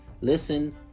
listen